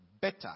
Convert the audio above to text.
better